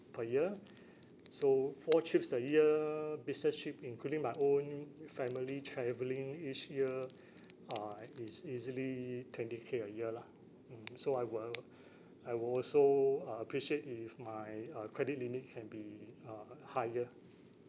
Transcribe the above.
per year so four trips a year business trip including my own family travelling each year uh is easily twenty K a year lah mm so I will I will also appreciate if my uh credit limit can be uh higher